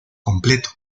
completo